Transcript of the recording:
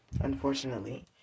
unfortunately